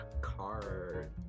card